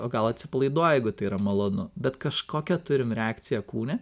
o gal atsipalaiduoja jeigu tai yra malonu bet kažkokią turim reakciją kūne